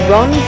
Ron